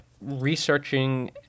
researching